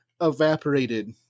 evaporated